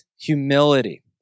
humility